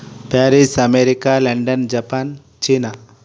Paris America London Japan China